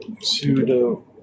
Pseudo